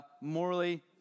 morally